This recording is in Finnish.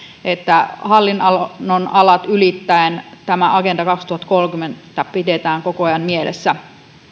että hallinnonalat ylittäen tämä agenda kaksituhattakolmekymmentä pidetään koko ajan mielessä